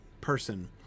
person